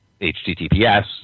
HTTPS